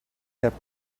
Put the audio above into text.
kept